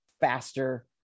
faster